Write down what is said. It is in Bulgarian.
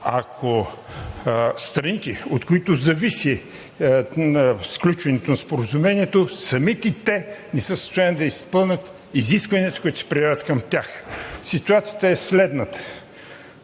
ако страните, от които зависи сключването на споразумението, не са в състояние да изпълнят изискванията, които се предявяват към тях. Ситуацията е следната: